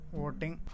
voting